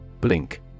Blink